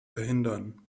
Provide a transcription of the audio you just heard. verhindern